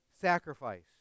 sacrifice